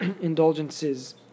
indulgences